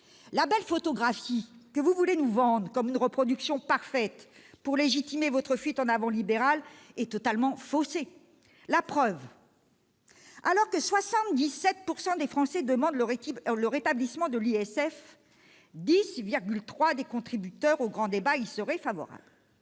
La belle photographie que vous voulez nous vendre comme une reproduction parfaite pour légitimer votre fuite en avant libérale est totalement faussée. La preuve : alors que 77 % des Français demandent le rétablissement de l'ISF, 10,3 % des contributeurs au grand débat y seraient favorables